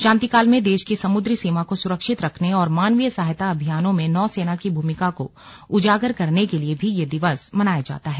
शांतिकाल में देश की समुद्री सीमा को सुरक्षित रखने और मानवीय सहायता अभियानों में नौसेना की भूमिका को उजागर करने के लिए भी यह दिवस मनाया जाता है